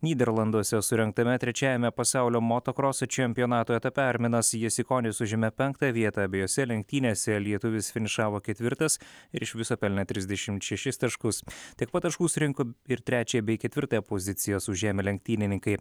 nyderlanduose surengtame trečiajame pasaulio motokroso čempionato etape arminas jasikonis užėmė penktą vietą abejose lenktynėse lietuvis finišavo ketvirtas ir iš viso pelnė trisdešimt šešis taškus tiek pat taškų surinko ir trečiąją bei ketvirtąją pozicijas užėmę lenktynininkai